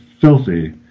filthy